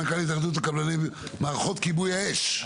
מנכ"ל התאחדות קבלני מערכות כיבוי אש,